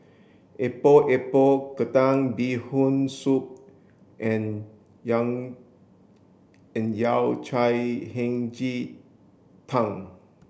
Epok Epok Kentang bee hoon soup and Yao Cai Hei Ji Tang